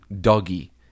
Doggy